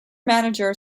manager